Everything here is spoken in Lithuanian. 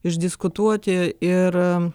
išdiskutuoti ir